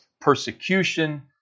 persecution